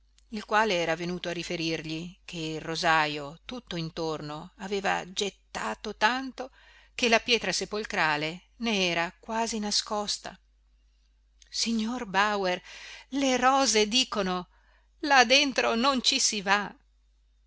il quale era venuto a riferirgli che il rosajo tutto intorno aveva gettato tanto che la pietra sepolcrale ne era quasi nascosta signor bauer le rose dicono là dentro non ci si va